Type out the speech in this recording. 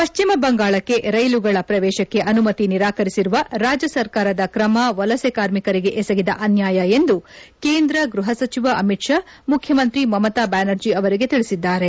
ಪಶ್ಚಿಮ ಬಂಗಾಳಕ್ಕೆ ರೈಲುಗಳ ಪ್ರವೇಶಕ್ಕೆ ಅನುಮತಿ ನಿರಾಕರಿಸಿರುವ ರಾಜ್ಯ ಸರ್ಕಾರದ ತ್ರಮ ವಲಸೆ ಕಾರ್ಮಿಕರಿಗೆ ಎಸಗಿದ ಅನ್ಕಾಯ ಎಂದು ಕೇಂದ್ರ ಗೈಹ ಸಚಿವ ಅಮಿತ್ ಶಾ ಮುಖ್ಯಮಂತ್ರಿ ಮಮತಾ ಬ್ಯಾನರ್ಜಿ ಅವರಿಗೆ ತಿಳಿಸಿದ್ದಾರೆ